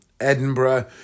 Edinburgh